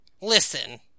Listen